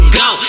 go